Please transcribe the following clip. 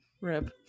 Rib